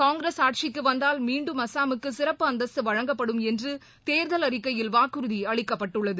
காங்கிரஸ் ஆட்சிக்கு வந்தால் மீண்டும் அஸ்ஸாமுக்கு சிறப்பு அந்தஸ்து வழங்கப்படும் என்று தேர்தல் அறிக்கையில் வாக்குறுதி அளிக்கப்பட்டுள்ளது